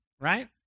right